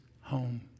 home